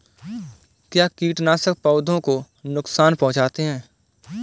क्या कीटनाशक पौधों को नुकसान पहुँचाते हैं?